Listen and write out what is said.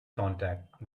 contact